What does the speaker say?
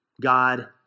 God